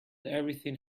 everything